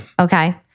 Okay